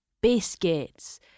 Biscuits